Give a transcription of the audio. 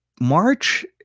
March